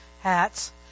hats